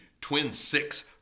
twin-six